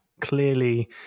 Clearly